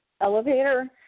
elevator